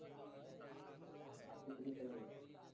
آپ کی فریج صحیح ہو جائے گی